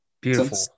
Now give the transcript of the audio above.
Beautiful